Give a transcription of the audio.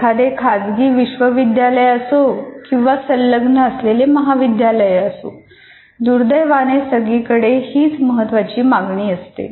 एखादे खाजगी विश्वविद्यालय असो किंवा संलग्न असलेले महाविद्यालय असो दुर्दैवाने सगळीकडे हीच महत्त्वाची मागणी असते